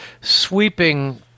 sweeping